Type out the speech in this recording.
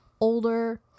older